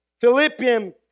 Philippians